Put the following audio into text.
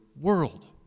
world